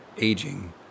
aging